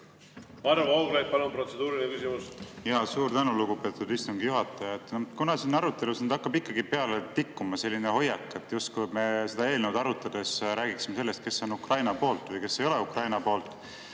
Varro Vooglaid, palun, protseduuriline küsimus! Suur tänu, lugupeetud istungi juhataja! Siin arutelus hakkab ikkagi peale tikkuma selline hoiak, et justkui me seda eelnõu arutades räägiksime sellest, kes on Ukraina poolt ja kes ei ole Ukraina poolt.